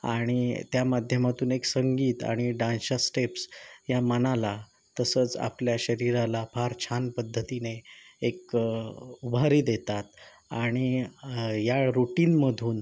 आणि त्या माध्यमातून एक संगीत आणि डान्सच्या स्टेप्स या मनाला तसंच आपल्या शरीराला फार छान पद्धतीने एक उभारी देतात आणि या रुटीनमधून